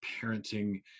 parenting